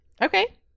Okay